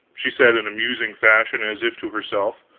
she said in a musing fashion, as if to herself.